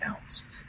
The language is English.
ounce